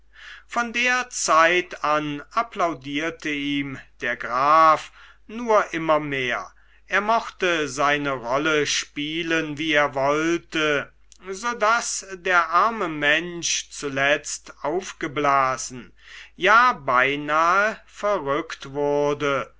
von der zeit an applaudierte ihm der graf nur immer mehr er mochte seine rolle spielen wie er wollte so daß der arme mensch zuletzt aufgeblasen ja beinahe verrückt wurde